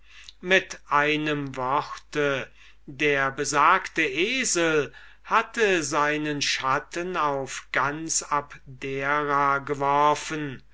mit einem worte der besagte esel hatte seinen schatten auf ganz abdera geworfen